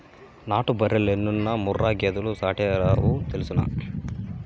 నాటు బర్రెలెన్నున్నా ముర్రా గేదెలు సాటేరావు తెల్సునా